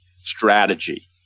strategy